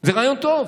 זה רעיון טוב.